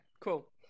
cool